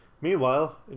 Meanwhile